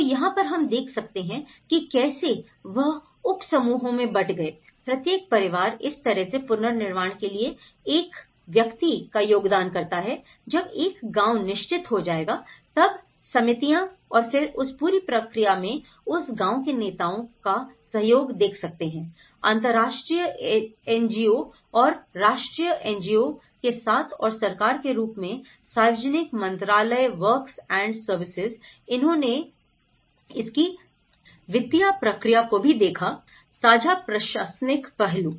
तो यहां पर हम देख सकते हैं की कैसे वह उपसमूहों में बट गए प्रत्येक परिवार इस तरह से पुनर्निर्माण के लिए एक व्यक्ति का योगदान करता है जब एक गांव निश्चित हो जाएगा तब समितियाँ और फिर उस पूरी प्रक्रिया में उस गाँव के नेताओं का सहयोग देख सकते हैं अंतरराष्ट्रीय एनजीओ और राष्ट्रीय एनजीओ के साथ और सरकार के रूप में सार्वजनिक मंत्रालय वर्क्स एंड सर्विसेज जिन्होंने इसकी वित्तीय प्रक्रिया को भी देखा साझा प्रशासनिक पहलू